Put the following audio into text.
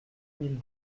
mille